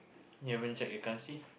you haven't check your currency